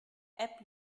app